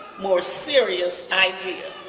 more serious idea.